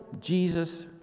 Jesus